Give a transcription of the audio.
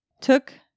took